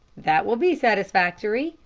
that will be satisfactory,